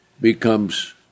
becomes